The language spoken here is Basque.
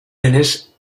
denez